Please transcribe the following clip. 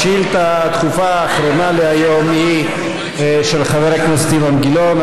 השאילתה האחרונה להיום היא של חבר הכנסת אילן גילאון.